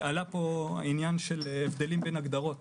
עלה כאן עניין של הבדלים בין הגדרות.